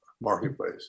marketplace